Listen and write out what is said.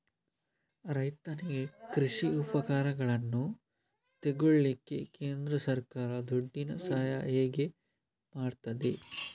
ರೈತನಿಗೆ ಕೃಷಿ ಉಪಕರಣಗಳನ್ನು ತೆಗೊಳ್ಳಿಕ್ಕೆ ಕೇಂದ್ರ ಸರ್ಕಾರ ದುಡ್ಡಿನ ಸಹಾಯ ಹೇಗೆ ಮಾಡ್ತದೆ?